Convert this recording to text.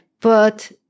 but-